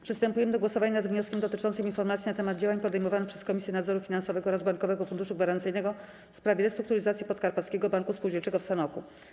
Przystępujemy do głosowania nad wnioskiem dotyczącym informacji na temat działań podejmowanych przez Komisję Nadzoru Finansowego oraz Bankowy Fundusz Gwarancyjny w sprawie restrukturyzacji Podkarpackiego Banku Spółdzielczego w Sanoku.